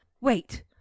Wait